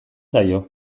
zaio